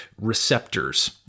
receptors